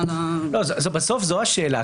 בסוף זו השאלה.